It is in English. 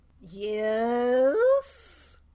Yes